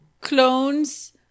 clones